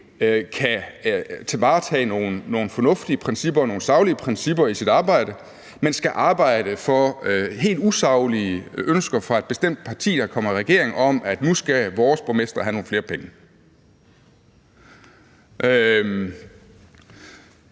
kan varetage nogle fornuftige og saglige principper i sit arbejde, men skal arbejde for helt usaglige ønsker fra et bestemt parti, der kommer i regering, om, at nu skal deres borgmestre have nogle flere penge.